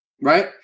Right